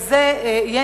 יהיה